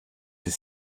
des